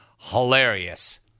Hilarious